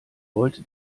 wollte